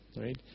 right